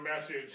message